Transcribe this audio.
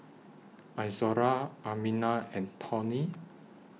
Izora Amina and Tawny